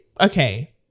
okay